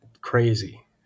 crazy